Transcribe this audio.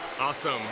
Awesome